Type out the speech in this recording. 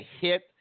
hit